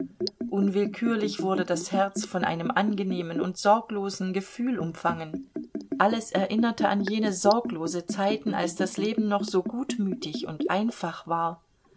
unwillkürlich wurde das herz von einem angenehmen und sorglosen gefühl umfangen alles erinnerte an jene sorglosen zeiten als das leben noch so gutmütig und einfach war